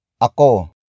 Ako